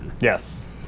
Yes